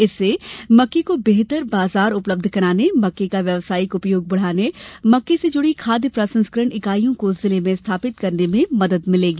इससे मक्के को बेहतर बाजार उपलब्ध कराने मक्के का व्यावसायिक उपयोग बढ़ाने मक्के से जुड़ी खाद्य प्रसंस्करण इकाईयों को जिले में स्थापित करने में मदद मिलेगी